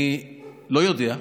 אני לא יודע,